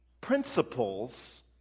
principles